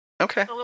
Okay